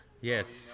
Yes